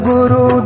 Guru